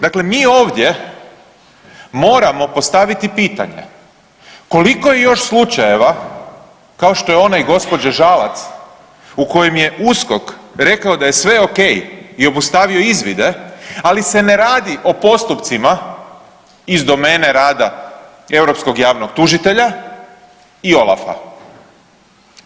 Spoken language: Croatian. Dakle mi ovdje moramo postaviti pitanje koliko je još slučajeva kao što je onaj gospođe Žalac u kojem je USKOK rekao da je sve ok i obustavio izvide, ali se ne radi o postupcima iz domene rada Europskog javnog tužitelja i OLAF-a?